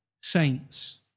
saints